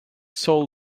soul